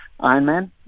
Ironman